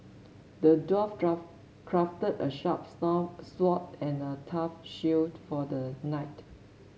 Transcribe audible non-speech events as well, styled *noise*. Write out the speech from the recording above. the dwarf *unintelligible* crafted a sharp *unintelligible* sword and a tough shield for the knight